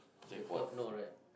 Jackpot no right